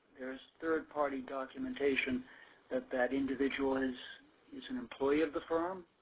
there is third-party documentation that that individual is is and employee of the firm,